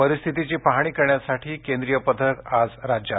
परिस्थितीची पाहणी करण्यासाठी केंद्रीय पथक आज राज्यात